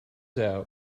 out